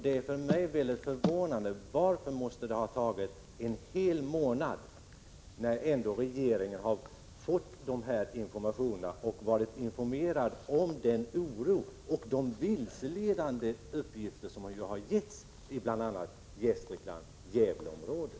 Det är för mig väldigt förvånande att det måste ha tagit en hel månad. Regeringen har ju ändå varit informerad om den oro och de vilseledande uppgifter som har lämnats, bl.a. i Gävleområdet och Gästrikland i övrigt.